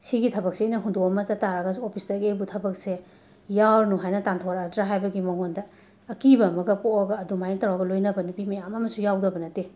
ꯁꯤꯒꯤ ꯊꯕꯛꯁꯤꯅ ꯍꯨꯟꯗꯣꯛꯑꯝꯃꯒ ꯆꯠꯄ ꯇꯥꯔꯒꯁꯨ ꯑꯣꯄꯤꯁꯇꯒꯤ ꯑꯩꯕꯨ ꯊꯕꯛꯁꯦ ꯌꯥꯎꯔꯅꯨ ꯍꯥꯏꯅ ꯇꯥꯟꯊꯣꯔꯛꯑꯗꯔꯥ ꯍꯥꯏꯕꯒꯤ ꯃꯉꯣꯟꯗ ꯑꯀꯤꯕ ꯑꯃꯒ ꯄꯣꯛꯑꯒ ꯑꯗꯨꯃꯥꯏꯟ ꯇꯧꯔꯒ ꯂꯣꯏꯅꯕ ꯅꯨꯄꯤ ꯃꯌꯥꯝ ꯑꯃꯁꯨ ꯌꯥꯎꯗꯕ ꯅꯠꯇꯦ